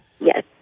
Yes